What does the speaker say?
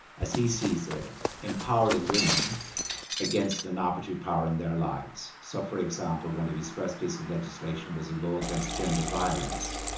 as he sees it, empowering women against an arbitrary power in their lives. so, for example, one of his first pieces of legislation was a law against gender violence,